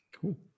Cool